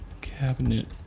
Cabinet